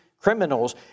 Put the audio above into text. Criminals